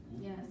Yes